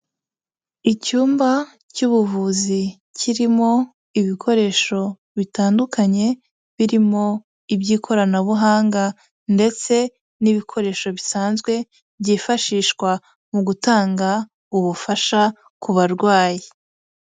Icyumba cy'ubuvuzi kirimo ibikoresho bitandukanye, birimo iby'ikoranabuhanga ndetse n'ibikoresho bisanzwe byifashishwa mu gutanga ubufasha ku barwayi.